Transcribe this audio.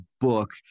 book